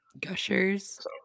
Gushers